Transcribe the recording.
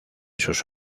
sus